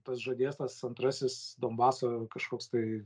tas žadėtas antrasis donbaso kažkoks tai